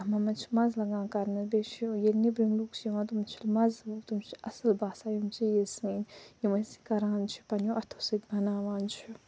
یِمو منٛز چھِ مَزٕ لگان کَرنَس بیٚیہ چھُ ییٚلہِ نیٚبرِم لُکھ چھِ یِوان تِمَن چھِ مَزٕ تِم چھِ اصٕل باسان یِم چیٖز سٲنۍ یِم أسۍ کران چھِ پنٛنیو اَتھو سۭتۍ بناوان چھِ